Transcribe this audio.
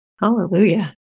Hallelujah